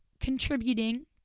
contributing